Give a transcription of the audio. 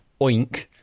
oink